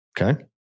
Okay